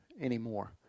anymore